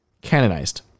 canonized